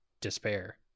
despair